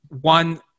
One